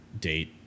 date